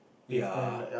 ya